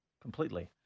Completely